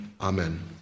Amen